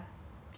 cheap as in